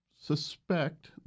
suspect